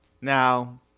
Now